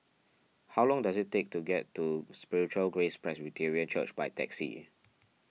how long does it take to get to Spiritual Grace Presbyterian Church by taxi